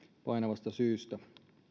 painavasta syystä